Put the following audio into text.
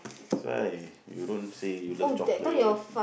that's why you don't say you love chocolate